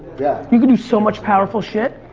yeah. you could do so much powerful shit.